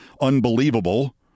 unbelievable